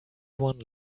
one